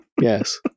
yes